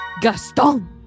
Gaston